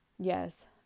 Yes